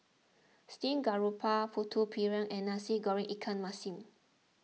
Steamed Garoupa Putu Piring and Nasi Goreng Ikan Masin